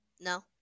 No